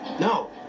no